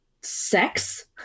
sex